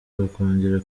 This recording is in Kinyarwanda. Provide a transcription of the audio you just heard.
bakongera